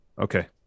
Okay